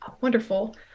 wonderful